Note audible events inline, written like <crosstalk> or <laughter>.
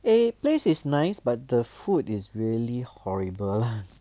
the place is nice but the food is really horrible <noise>